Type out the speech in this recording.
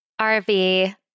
RV